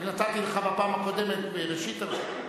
אני נתתי לך בפעם הקודמת בראשית הרשימה.